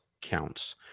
counts